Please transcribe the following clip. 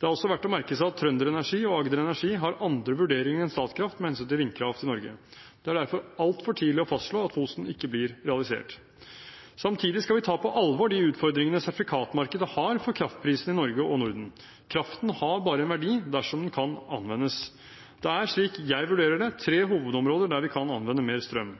Det er også verd å merke seg at TrønderEnergi og Agder Energi har andre vurderinger enn Statkraft med hensyn til vindkraft i Norge. Det er derfor altfor tidlig å fastslå at Fosen ikke blir realisert. Samtidig skal vi ta på alvor de utfordringene sertifikatmarkedet har for kraftprisene i Norge og i Norden. Kraften har bare en verdi dersom den kan anvendes. Det er, slik jeg vurderer det, tre hovedområder der vi kan anvende mer strøm.